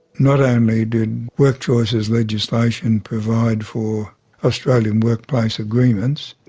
not only did workchoices legislation provide for australian workplace agreements,